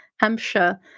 Hampshire